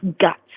guts